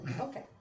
okay